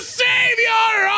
savior